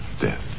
death